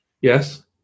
Yes